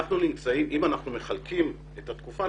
אם אנחנו מחלקים את התקופה,